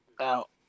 out